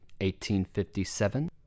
1857